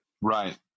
right